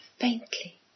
Faintly